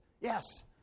Yes